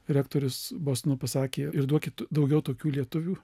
rektorius bostono pasakė ir duokit daugiau tokių lietuvių